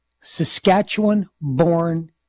Saskatchewan-born